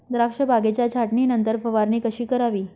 द्राक्ष बागेच्या छाटणीनंतर फवारणी कशी करावी?